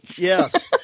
Yes